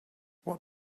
what